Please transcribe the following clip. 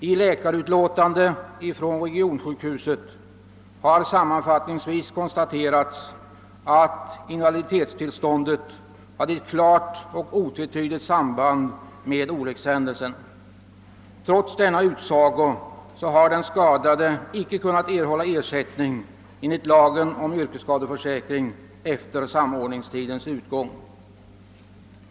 I läkarutlåtande från regionsjukhuset har sammanfattningsvis konstaterats att invaliditetstillståndet hade ett klart och otvetydigt samband med olyckshändelsen. Trots detta utlåtande har den skadade icke kunnat erhålla ersättning enligt lagen om yrkesskadeförsäkring efter samordningstidens utgång.